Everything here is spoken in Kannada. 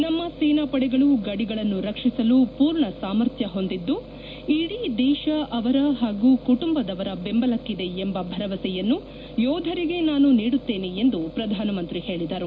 ನಮ್ಮ ಸೇನಾ ಪಡೆಗಳು ಗಡಿಗಳನ್ನು ರಕ್ಷಿಸಲು ಪೂರ್ಣ ಸಾಮರ್ಥ್ಯ ಹೊಂದಿದ್ದು ಇಡೀ ದೇಶ ಅವರ ಹಾಗೂ ಕುಟುಂಬದವರ ಬೆಂಬಲಕ್ಕಿದೆ ಎಂಬ ಭರವಸೆಯನ್ನು ಯೋಧರಿಗೆ ನಾನು ನೀಡುತ್ತೇನೆ ಎಂದು ಪ್ರಧಾನಮಂತ್ರಿ ಹೇಳಿದರು